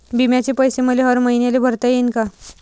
बिम्याचे पैसे मले हर मईन्याले भरता येईन का?